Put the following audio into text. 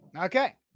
Okay